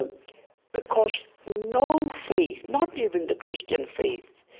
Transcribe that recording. um because no faith, not even the christian faith,